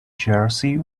jersey